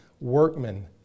workmen